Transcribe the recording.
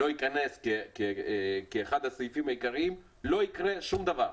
לא ייכנס כאחד הסעיפים העיקריים לא יקרה שום דבר.